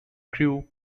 crew